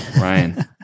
Ryan